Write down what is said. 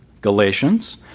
Galatians